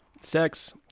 sex